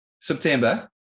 September